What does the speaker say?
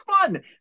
fun